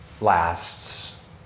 lasts